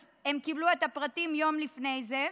אז הם קיבלו את הפרטים יום לפני זה,